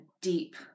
deep